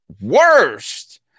worst